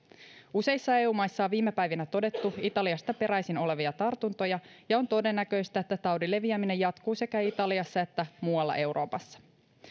useissa eu maissa on viime päivinä todettu italiasta peräisin olevia tartuntoja ja ja on todennäköistä että taudin leviäminen jatkuu sekä italiassa että muualla euroopassa